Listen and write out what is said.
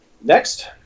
next